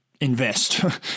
invest